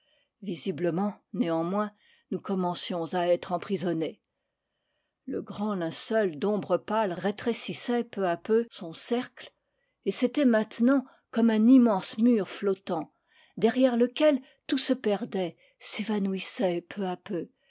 visiblement néanmoins nous commen cions à être emprisonnés le grand linceul d'ombre pâle rétrécissait peu à peu son nuits d'apparitions lit cercle et c'était maintenant comme un immense mur flottant derrière lequel tout se perdait s'évanouissait peu à peu